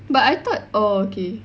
but I thought oh okay